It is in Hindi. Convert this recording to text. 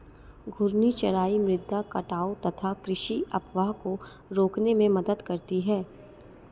घूर्णी चराई मृदा कटाव तथा कृषि अपवाह को रोकने में मदद करती है